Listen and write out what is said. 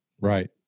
Right